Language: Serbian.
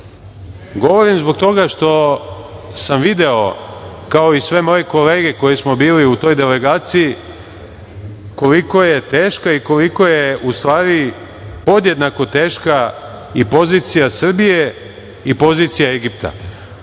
Govorim zbog toga što sam video, kao i sve moje kolege koji smo bili u toj delegaciji koliko je teška i koliko je u stvari podjednako teška i pozicija Srbije i pozicija Egipta,